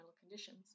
conditions